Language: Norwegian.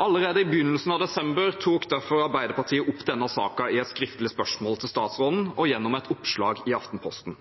Allerede i begynnelsen av desember tok derfor Arbeiderpartiet opp denne saken i et skriftlig spørsmål til statsråden og gjennom et oppslag i Aftenposten.